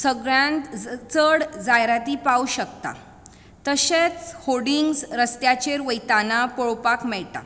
सगळ्यांत चड जायराती पावूंक शकता तशेंच होडिंग्स रस्त्याचेर वयताना पळोवपाक मेळटा